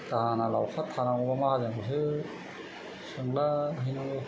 दाहोना लावखार थानांगौबा माहाजोनखौसो सोंलाहैनांगौ